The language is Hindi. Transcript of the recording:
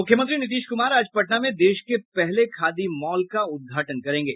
मुख्यमंत्री नीतीश कुमार आज पटना में देश के पहले खादी मॉल का उद्घाटन करेंगे